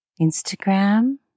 Instagram